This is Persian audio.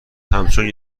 همچون